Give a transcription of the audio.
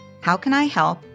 howcanihelp